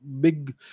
big